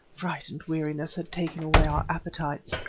fright and weariness had taken away our appetites.